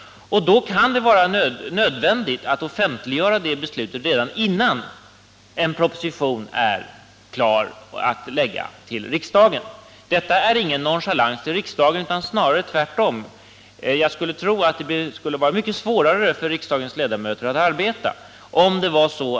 Det kan då vara ”ödvändigt att offentliggöra detta beslut redan innan man är klar att lägga fram en proposition för riksdagen. Detta är inget uttryck för nonchalans mot riksdagen utan snarare tvärtom.